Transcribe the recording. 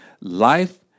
life